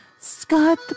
Scott